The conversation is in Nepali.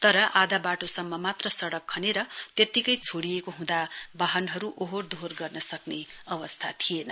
तर आधा वाटो सम्म मात्र सड़क खनेर त्यतिकै छोड़िएको हुँदा वाहनहरु ओहोर दोहोर गर्न सक्ने अवस्था थिएन्